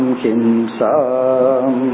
kinsam